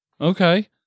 Okay